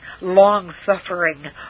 long-suffering